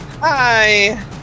Hi